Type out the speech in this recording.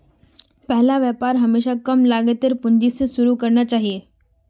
पहला व्यापार हमेशा कम लागतेर पूंजी स शुरू करना चाहिए